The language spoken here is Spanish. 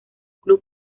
club